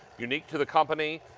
you need to the company.